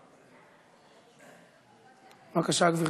בבקשה, גברתי.